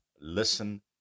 listen